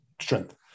strength